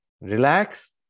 Relax